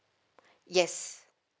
yes